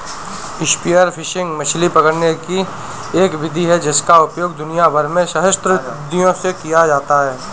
spear fishing मछली पकड़ने की एक विधि है जिसका उपयोग दुनिया भर में सहस्राब्दियों से किया जाता रहा है